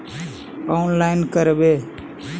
Online करवे?